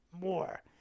more